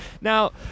Now